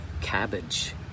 cabbage